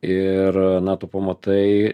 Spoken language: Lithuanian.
ir na tu pamatai